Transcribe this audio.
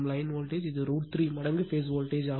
மற்றும் line voltage root 3 மடங்கு phase voltage